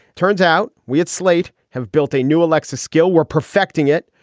turns out we at slate have built a new alexa skill. we're perfecting it.